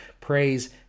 Praise